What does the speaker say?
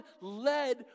led